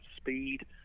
Speed